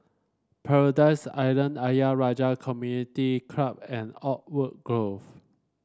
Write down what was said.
Paradise Island Ayer Rajah Community Club and Oakwood Grove